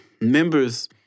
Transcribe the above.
members